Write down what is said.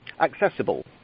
Accessible